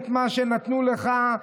את מה שנתנו לך.